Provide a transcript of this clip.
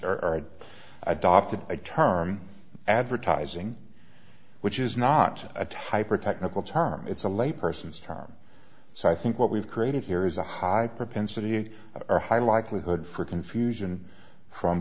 are adopted a term advertising which is not a type or a technical term it's a lay person's term so i think what we've created here is a high propensity or high likelihood for confusion from